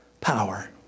power